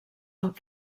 amb